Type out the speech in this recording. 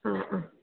ആ ആ